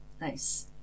Nice